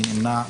מי נמנע?